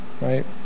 right